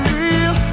real